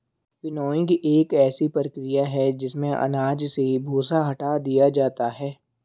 winnowing एक ऐसी प्रक्रिया है जिसमें अनाज से भूसा हटा दिया जाता है